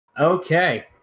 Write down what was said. okay